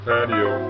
Patio